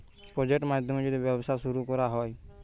project মাধ্যমে যদি ব্যবসা শুরু করা হয়